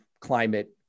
climate